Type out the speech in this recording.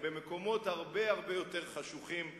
הם במקומות הרבה הרבה יותר חשוכים מכאן.